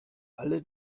alle